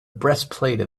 breastplate